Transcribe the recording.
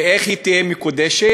ואיך היא תהיה מקודשת?